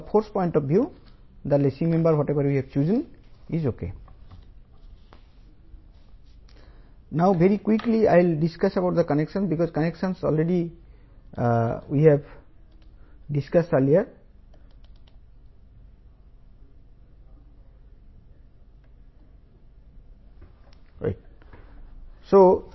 కాబట్టి మనం ఎంచుకున్న లేసింగ్ మెంబెర్ ఫోర్స్ కోణం నుండి సరైనది